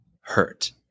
hurt